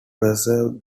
preserve